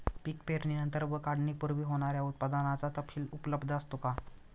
पीक पेरणीनंतर व काढणीपूर्वी होणाऱ्या उत्पादनाचा तपशील उपलब्ध असतो का?